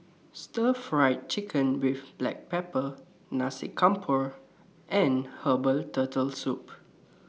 Stir Fried Chicken with Black Pepper Nasi Campur and Herbal Turtle Soup